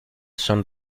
son